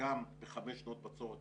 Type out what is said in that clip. שגם בחמש שנות בצורת,